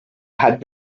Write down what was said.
had